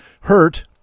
hurt